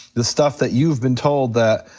the stuff that you've been told that,